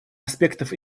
аспектов